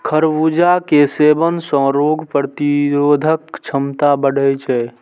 खरबूजा के सेवन सं रोग प्रतिरोधक क्षमता बढ़ै छै